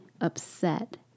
upset